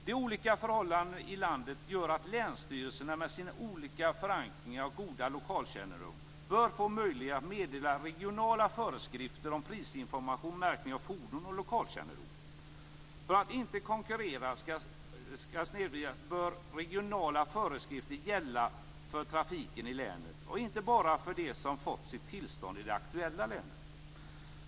De olika förhållandena i landet gör att länsstyrelserna med sin lokala förankring och goda lokalkännedom bör få möjlighet att meddela regionala föreskrifter om prisinformation, märkning av fordon och lokalkännedom. För att inte konkurrensen skall snedvridas bör de regionala föreskrifterna gälla för trafiken i länet och inte bara för dem som har fått sitt tillstånd i det aktuella länet.